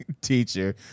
teacher